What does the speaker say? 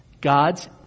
God's